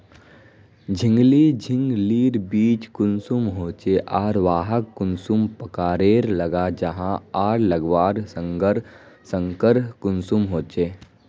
झिंगली झिंग लिर बीज कुंसम होचे आर वाहक कुंसम प्रकारेर लगा जाहा आर लगवार संगकर कुंसम होचे?